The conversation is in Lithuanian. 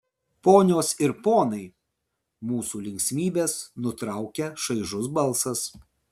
ponios ir ponai mūsų linksmybes nutraukia šaižus balsas